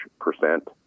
percent